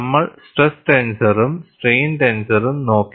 നമ്മൾ സ്ട്രെസ് ടെൻസറും സ്ട്രെയിൻ ടെൻസറും നോക്കി